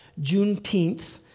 Juneteenth